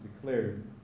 declared